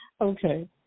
Okay